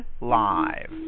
live